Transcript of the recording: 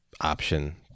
option